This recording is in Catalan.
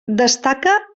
destaca